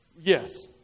Yes